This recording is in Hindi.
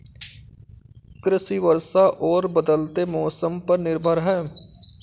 कृषि वर्षा और बदलते मौसम पर निर्भर है